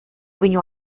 viņu